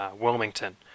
Wilmington